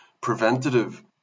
preventative